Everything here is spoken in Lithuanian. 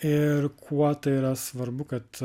ir kuo tai yra svarbu kad